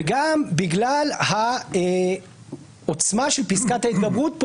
וגם בגלל העוצמה של פסקת ההתגברות,